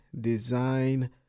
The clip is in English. Design